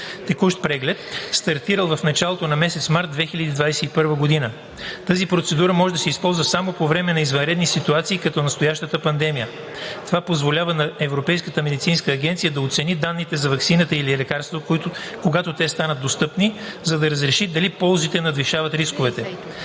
(текущ преглед), стартирал в началото на месец март 2021 г. Тази процедура може да се използва само по време на извънредни ситуации като настоящата пандемия. Това позволява на Европейската медицинска агенция да оцени данните за ваксина или лекарство, когато те станат достъпни, за да реши дали ползите надвишават рисковете.